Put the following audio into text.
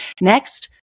Next